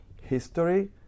history